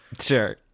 Sure